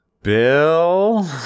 Bill